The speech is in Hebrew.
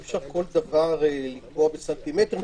אי-אפשר כל דבר לקבוע בסנטימטרים.